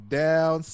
down